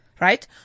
right